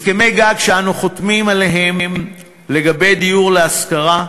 הסכמי-גג שאנו חותמים עליהם לגבי דיור להשכרה,